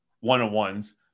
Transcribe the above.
one-on-ones